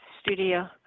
studio